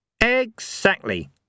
Exactly